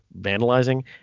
vandalizing –